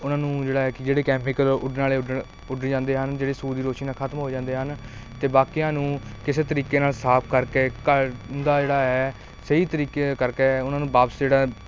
ਉਹਨਾਂ ਨੂੰ ਜਿਹੜੇ ਹੈ ਕਿ ਜਿਹੜਾ ਕੈਮੀਕਲ ਉੱਡਣ ਵਾਲੇ ਉੱਡ ਉੱਡ ਜਾਂਦੇ ਹਨ ਜਿਹੜੇ ਸੂਰਜ ਦੀ ਰੋਸ਼ਨੀ ਨਾਲ ਖਤਮ ਹੋ ਜਾਂਦੇ ਹਨ ਅਤੇ ਬਾਕੀਆਂ ਨੂੰ ਕਿਸੇ ਤਰੀਕੇ ਨਾਲ ਸਾਫ਼ ਕਰਕੇ ਘਰ ਦਾ ਜਿਹੜਾ ਹੈ ਸਹੀ ਤਰੀਕੇ ਕਰਕੇ ਉਹਨਾਂ ਨੂੰ ਵਾਪਸ ਜਿਹੜਾ ਹੈ